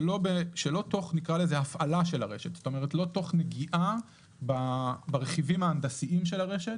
שלא מתוך נגיעה ברכיבים ההנדסיים של הרשת.